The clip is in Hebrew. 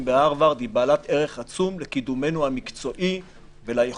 בהרווארד היא בעלת ערך עצום לקידומנו המקצועי וליכולת